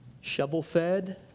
shovel-fed